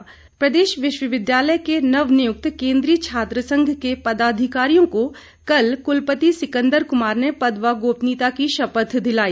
SCA प्रदेश विश्वविद्यालय के नवनियुक्त केंद्रीय छात्र संघ के पदाधिकारियों को कल कुलपति सिंकदर कुमार ने पद व गोपनियता की शपथ दिलाई